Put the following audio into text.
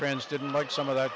friends didn't like some of that